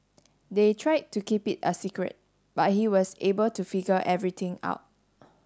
they tried to keep it a secret but he was able to figure everything out